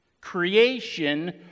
Creation